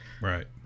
Right